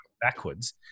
backwards